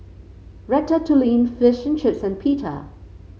Ratatouille Fish and Chips and Pita